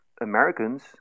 americans